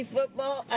Football